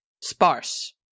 sparse